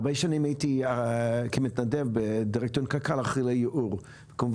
הרבה שנים הייתי אחראי לייעור כמתנדב בדירקטוריון קק"ל.